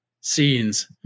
Scenes